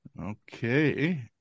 Okay